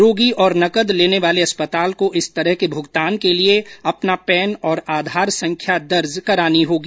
रोगी और नकद लेने वाले अस्पताल को इस तरह के भुगतान के लिए अपना पैन और आधार संख्या दर्ज करानी होगी